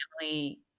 family